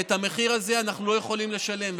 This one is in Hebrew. ואת המחיר הזה אנחנו לא יכולים לשלם.